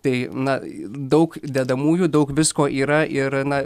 tai na daug dedamųjų daug visko yra ir na